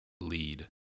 lead